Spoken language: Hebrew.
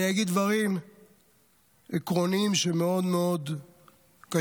אני אגיד דברים עקרוניים מאוד מאוד קשים,